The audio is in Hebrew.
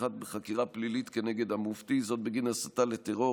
פתיחה בחקירה פלילית כנגד המופתי בגין הסתה לטרור,